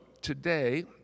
today